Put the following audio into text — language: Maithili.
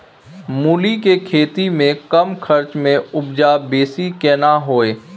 मूली के खेती में कम खर्च में उपजा बेसी केना होय है?